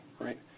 right